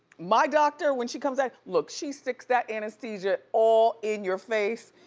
my doctor, when she comes out, look, she sticks that anesthesia all in your face.